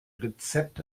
rezept